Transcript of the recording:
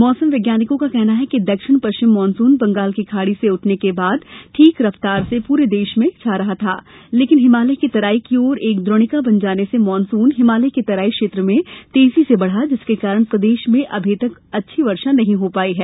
मौसम वैज्ञानिकों का कहना है कि दक्षिण पश्चिम मानसून बंगाल की खाड़ी से उठने के बाद ठीक रफ्तार पूरे देश पर छा रहा था लेकिन हिमालय की तराई की ओर एक द्रोणिका बन जाने से मानसून हिमालय की तराई क्षेत्रों में तेजी से बढ़ा जिसके कारण प्रदेश में अभी तक अच्छी वर्षा नहीं हो पाई है